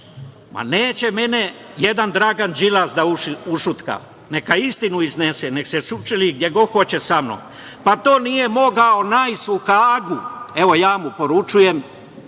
Ma neće mene jedan Dragan Đilas da ućutka, neka istinu iznese, nek se sučeli gde god hoće samnom, pa to nije mogao Najs u Hagu. Evo ja mu poručujem